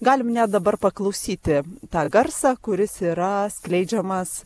galim net dabar paklausyti tą garsą kuris yra skleidžiamas